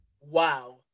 Wow